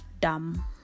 dumb